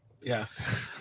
Yes